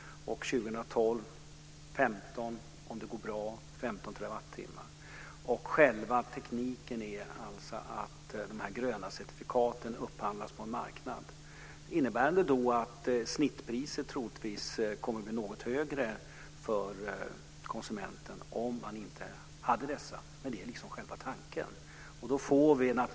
2012 ska det, om det går bra, vara 15 terawattimmar. Själva tekniken är att de gröna certifikaten upphandlas på en marknad. Snittpriset skulle troligtvis bli något högre för konsumenten om vi inte hade detta system, men det är själva tanken.